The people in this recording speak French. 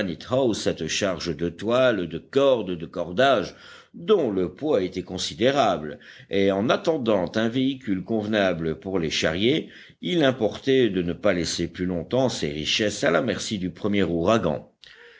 cette charge de toile de cordes de cordages dont le poids était considérable et en attendant un véhicule convenable pour les charrier il importait de ne pas laisser plus longtemps ces richesses à la merci du premier ouragan